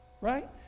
Right